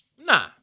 Nah